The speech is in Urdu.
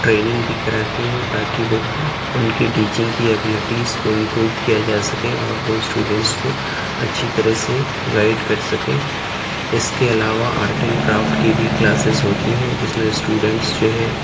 ٹریننگ بھی کراتے ہیں تاکہ وہ ان کی ٹیچنگ کی ایبلٹیز کو امپروو کیا جا سکے اور وہ اسٹوڈینٹس کو اچھی طرح سے گائڈ کر سکیں اس کے علاوہ آرٹ اینڈ کرافٹ کی بھی کلاسیز ہوتی ہیں جس میں اسٹوڈینٹس جو ہیں